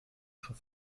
ihrer